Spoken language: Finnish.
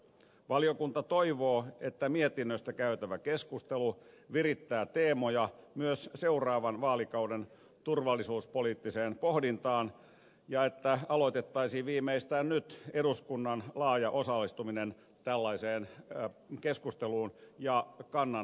valiokunta toivoo että mietinnöstä käytävä keskustelu virittää teemoja myös seuraavan vaalikauden turvallisuuspoliittiseen pohdintaan ja että aloitettaisiin viimeistään nyt eduskunnan laaja osallistuminen tällaiseen keskusteluun ja kannanmuodostukseen